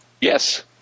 yes